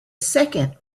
second